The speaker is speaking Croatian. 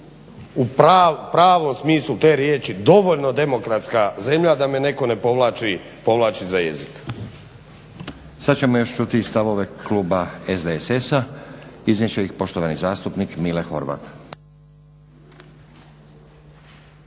u pravom smislu te riječi dovoljno demokratska zemlja da me netko ne povlači za jezik. **Stazić, Nenad (SDP)** Sad ćemo još čuti i stavove kluba SDSS-a. Iznijet će ih poštovani zastupnik Mile Horvat.